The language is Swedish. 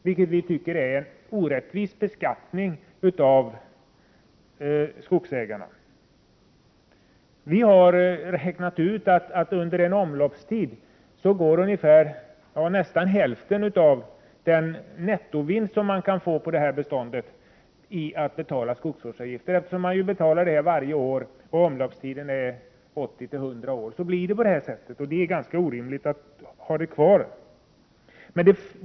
Vi i centerpartiet tycker att dessa avgifter är en orättvis beskattning av skogsägarna. Vi har räknat ut att under en omloppstid för skogen nästan hälften av den möjliga nettovinsten på ifrågavarande bestånd går till skogsvårdsavgifter, som man ju får betala varje år. Om omloppstiden är 80-100 år blir det så, och därför är det orimligt att ha kvar skogsvårdsavgiften.